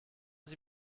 sie